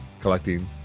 collecting